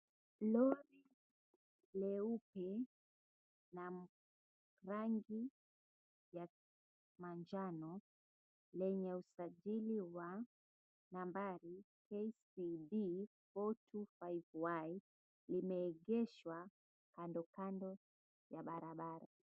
Lori leupe na rangi ya manjano lenye usajili wa nambari KCB425Y limeegeshwa kando kando ya barabara.